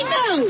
no